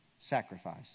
sacrifice